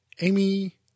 Amy